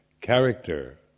character